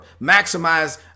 maximize